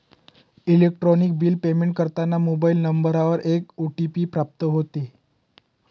electronic bill payment करताना mobile नंबरवर एक ओ.टी.पी प्राप्त होतो